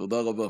תודה רבה.